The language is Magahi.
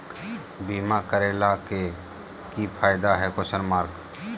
बीमा करैला के की फायदा है?